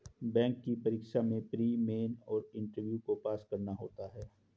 bank की परीक्षा में प्री, मेन और इंटरव्यू को पास करना होता है